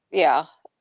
yeah.